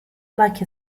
like